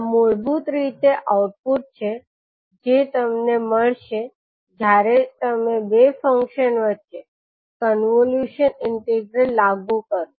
આ મૂળભૂત રીતે આઉટપુટ છે જે તમને મળશે જ્યારે તમે બે ફંક્શન વચ્ચે કન્વોલ્યુશન ઇન્ટિગ્રલ લાગુ કરો